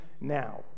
now